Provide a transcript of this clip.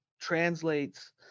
translates